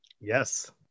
Yes